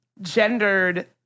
gendered